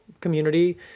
community